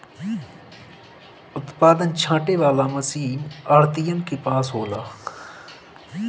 उत्पादन छाँटे वाला मशीन आढ़तियन के पास होला